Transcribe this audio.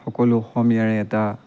সকলো অসমীয়াৰে এটা